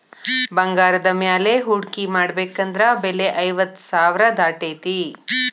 ಬಂಗಾರದ ಮ್ಯಾಲೆ ಹೂಡ್ಕಿ ಮಾಡ್ಬೆಕಂದ್ರ ಬೆಲೆ ಐವತ್ತ್ ಸಾವ್ರಾ ದಾಟೇತಿ